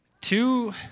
Two